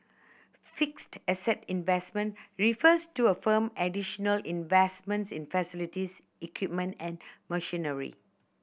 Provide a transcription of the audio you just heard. fixed asset investment refers to a firm additional investments in facilities equipment and machinery